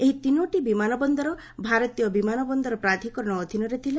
ଏହି ତିନୋଟି ବିମାନ ବନ୍ଦର ଭାରତୀୟ ବିମାନ ବନ୍ଦର ପ୍ରାଧିକରଣ ଅଧୀନରେ ଥିଲା